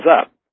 up